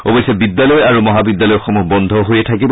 অৱেশ্য বিদ্যালয় আৰু মহাবিদ্যালয় সমূহ বন্ধ হৈয়েই থাকিব